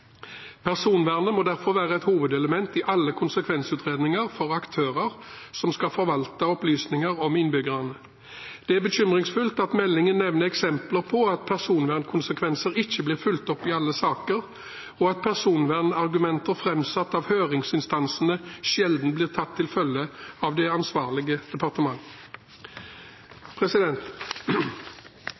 Personvernet må derfor være et hovedelement i alle konsekvensutredninger for aktører som skal forvalte opplysninger om innbyggerne. Det er bekymringsfullt at meldingen nevner eksempler på at personvernkonsekvenser ikke blir fulgt opp i alle saker, og at personvernargumenter framsatt av høringsinstansene sjelden blir tatt til følge av det ansvarlige